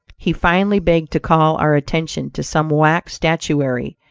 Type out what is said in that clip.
he finally begged to call our attention to some wax statuary,